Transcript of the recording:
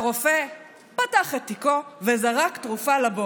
הרופא פתח את תיקו וזרק תרופה לבור.